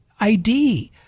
ID